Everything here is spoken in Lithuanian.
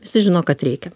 visi žino kad reikia